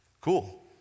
Cool